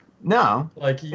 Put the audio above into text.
No